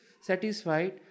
satisfied